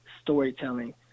storytelling